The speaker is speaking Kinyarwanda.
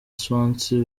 swansea